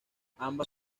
ambas